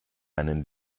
einen